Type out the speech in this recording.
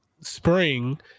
spring